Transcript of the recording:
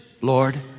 Lord